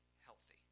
healthy